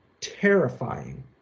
terrifying